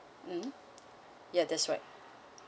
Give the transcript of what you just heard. mm ya that's right